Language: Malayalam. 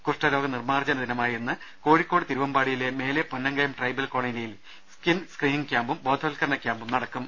കുഷ്ഠരോഗ നിർമ്മാർജന ദിനമായ ഇന്ന് കോഴിക്കോട് തിരുവമ്പാടിയിലെ മേലെ പൊന്നങ്കയം ട്രൈബൽ കോളനിയിൽ സ്കിൻ സ്ക്രിനിംഗ് ക്യാമ്പും ബോധവൽക്കരണ ക്ലാസും നടക്കും